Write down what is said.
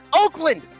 Oakland